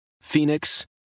Phoenix